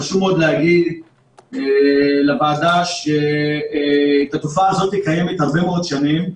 חשוב מאוד להגיד לוועדה שהתופעה הזאת קיימת הרבה מאוד שנים,